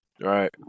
right